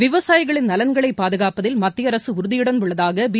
விவசாயிகளின் நலன்களை பாதுகாப்பதில் மத்திய அரசு உறுதியுடன் உள்ளதாக பி